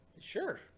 Sure